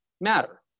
matter